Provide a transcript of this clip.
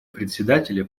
председателя